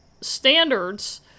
standards